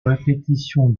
répétition